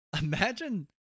Imagine